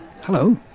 Hello